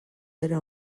era